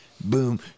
Boom